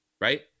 right